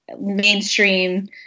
mainstream